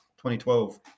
2012